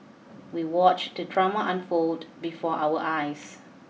we watched the drama unfold before our eyes